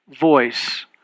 voice